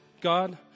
God